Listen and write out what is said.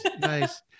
Nice